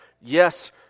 Yes